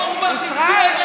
אורבך הצביע נגד.